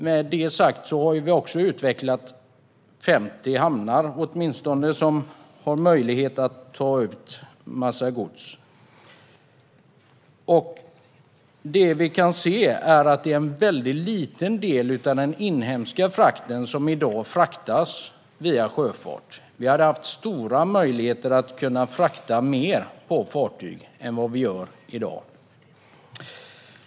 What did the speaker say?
Vi har utvecklat åtminstone 50 hamnar som har möjlighet att ta emot en massa gods, men det är en mycket liten del av den inhemska frakten som i dag går sjövägen. Vi har stora möjligheter att frakta mer på fartyg än vad vi gör i dag.